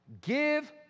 Give